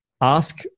ask